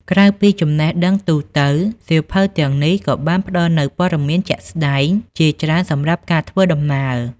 ក្រៅពីចំណេះដឹងទូទៅ សៀវភៅទាំងនេះក៏បានផ្ដល់នូវ ព័ត៌មានជាក់ស្ដែង ជាច្រើនសម្រាប់ការធ្វើដំណើរ។